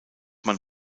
man